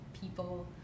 people